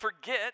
forget